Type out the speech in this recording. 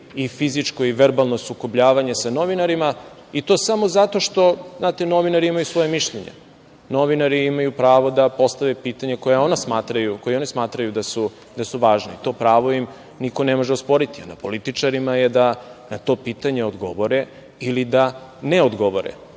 i fizičko i verbalno sukobljavanje sa novinarima, i to samo zato što novinari imaju svoje mišljenje. Novinari imaju pravo da postave pitanja koja oni smatraju da su važna i to pravo im niko ne može osporiti. Na političarima je da na to pitanje odgovore ili da ne odgovore.